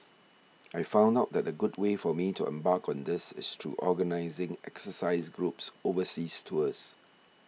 I found out that a good way for me to embark on this is through organising exercise groups overseas tours